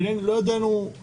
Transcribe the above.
ולא ידענו,